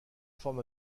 forme